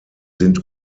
sind